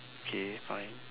okay fine